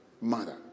mother